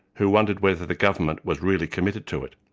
who wondered whether the government was really committed to it.